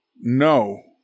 No